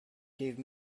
gave